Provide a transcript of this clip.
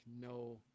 no